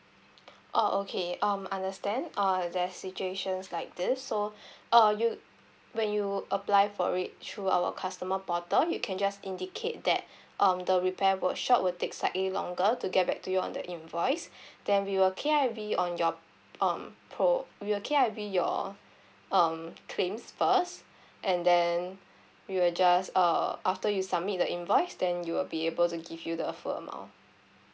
oh okay um understand err there's situations like this so uh you when you apply for it through our customer portal you can just indicate that um the repair workshop would take slightly longer to get back to you on the invoice then we will K_I_V on your um pro~ we will K_I_V your um claims first and then we will just err after you submit the invoice then you'll be able to give you the full amount